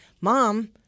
Mom